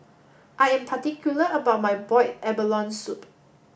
I am particular about my boiled abalone soup